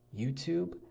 YouTube